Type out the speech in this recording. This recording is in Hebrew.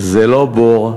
זה לא בור,